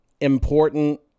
important